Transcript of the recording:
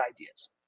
ideas